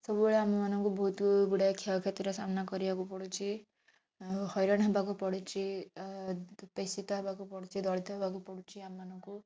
ସବୁବେଳେ ଆମ ମାନଙ୍କୁ ବହୁତ ଗୁଡ଼ାଏ କ୍ଷୟ କ୍ଷତିର ସାମ୍ନା କରିବାକୁ ପଡ଼ୁଛି ଆଉ ହଇରାଣ ହେବାକୁ ପଡ଼ୁଛି ପେଷିତ ହେବାକୁ ପଡ଼ୁଛି ଦଳିତ ହେବାକୁ ପଡ଼ୁଛି ଆମ ମାନଙ୍କୁ